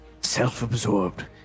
self-absorbed